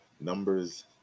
numbers